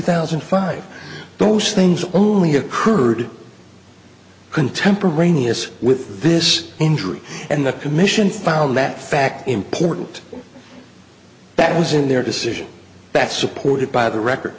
thousand and five those things only occurred contemporaneous with this injury and the commission found that fact important that was in their decision that supported by the record